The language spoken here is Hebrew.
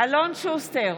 אלון שוסטר,